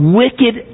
wicked